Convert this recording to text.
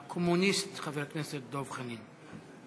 הקומוניסט, חבר הכנסת דב חנין.